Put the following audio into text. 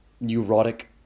neurotic